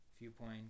viewpoint